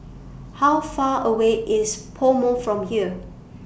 How Far away IS Pomo from here